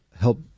help